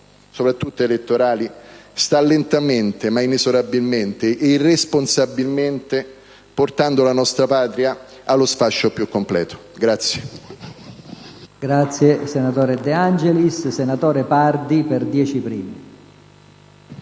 soprattutto elettorali, sta lentamente, inesorabilmente ed irresponsabilmente portando la nostra Patria allo sfascio più completo.